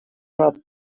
рад